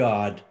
God